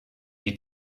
die